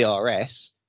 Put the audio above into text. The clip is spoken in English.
DRS